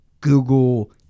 Google